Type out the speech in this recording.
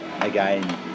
again